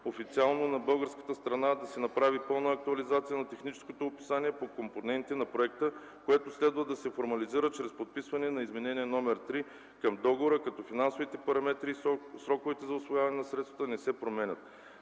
официално на българската страна да се направи пълна актуализация на техническото описание по компоненти на проекта, което следва да се формализира чрез подписване на Изменение № 3 към Договора, като финансовите параметри и сроковете за усвояване на средствата не се променят.